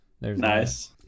Nice